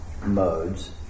Modes